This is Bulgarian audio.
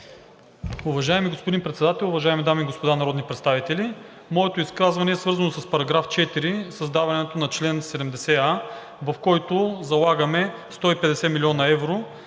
Уважаеми господин Председател, уважаеми дами и господа народни представители, моето изказване е свързано с § 4, създаването на чл. 70а, в който залагаме 150 млн. евро